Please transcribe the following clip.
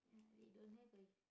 ya they don't have a